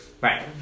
right